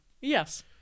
Yes